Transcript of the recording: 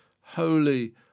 holy